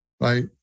right